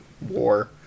war